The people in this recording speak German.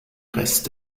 rest